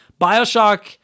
Bioshock